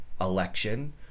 election